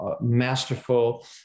masterful